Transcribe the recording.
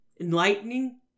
enlightening